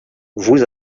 vous